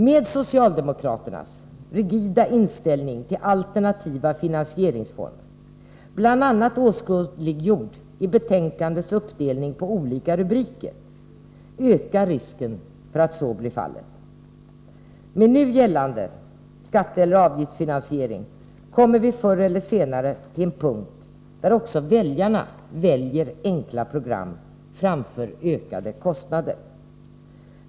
Med socialdemokraternas rigida inställning till alternativa finansieringsformer, bl.a. åskådliggjord i betänkandets uppdelning på olika rubriker, ökar risken för att så blir fallet. Med nu gällande skatteeller avgiftsfinansiering kommer vi förr eller senare till en punkt, där också väljarna föredrar enkla program framför ökade kostnader.